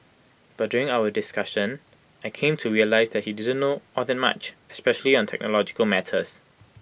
but during our discussion I came to realise that he did not know all that much especially on technological matters